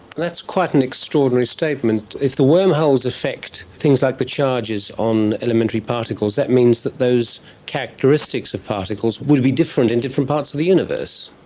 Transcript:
that's quite an extraordinary statement. if the wormholes affect things like the charges on elementary particles, that means that those characteristics of particles would be different in different parts of the universe.